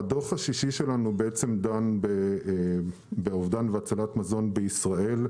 הדוח השישי שלנו דן באובדן והצלת מזון בישראל,